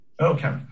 Okay